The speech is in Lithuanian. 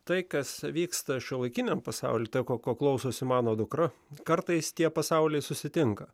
tai kas vyksta šiuolaikiniam pasaulį tai ko klausosi mano dukra kartais tie pasauliai susitinka